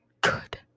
good